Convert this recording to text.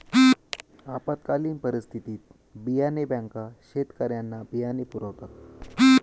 आपत्कालीन परिस्थितीत बियाणे बँका शेतकऱ्यांना बियाणे पुरवतात